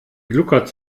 gluckert